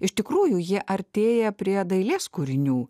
iš tikrųjų jie artėja prie dailės kūrinių